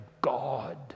God